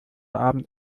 abend